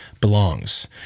belongs